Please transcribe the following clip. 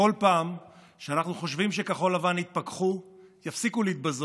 השעון לא רץ ואל תתחיל.